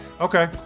okay